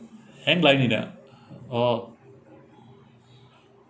hand gliding ah oh